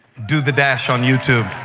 do the dash on youtube.